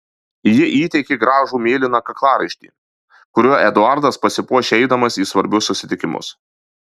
ji įteikė gražų mėlyną kaklaraištį kuriuo eduardas pasipuošia eidamas į svarbius susitikimus